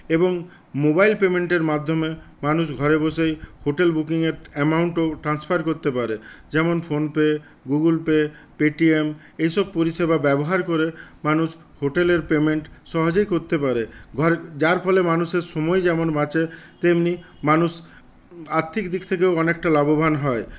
এবং মোবাইল পেমেন্টের মাধ্যমে মানুষ ঘরে বসেই হোটেল বুকিংয়ের অ্যামাউন্টও ট্রান্সফার করতে পারে যেমন ফোনপে গুগল পে পেটিএম এই সব পরিষেবা ব্যবহার করে মানুষ হোটেলের পেমেন্ট সহজেই করতে পারে যার ফলে মানুষের সময় যেমন বাঁচে তেমনি মানুষ আর্থিক দিক থেকেও অনেকটা লাভবান হয়